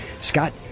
Scott